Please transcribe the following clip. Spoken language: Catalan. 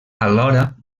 alhora